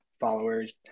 followers